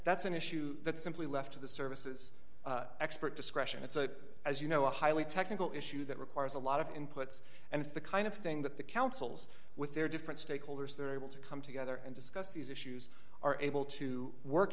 that's an issue that's simply left to the services expert discretion it's a as you know a highly technical issue that requires a lot of inputs and it's the kind of thing that the councils with their different stakeholders they're able to come together and discuss these issues are able to work